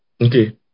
Okay